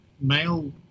male